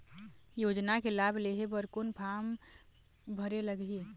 योजना के लाभ लेहे बर कोन फार्म भरे लगही?